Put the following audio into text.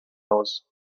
laws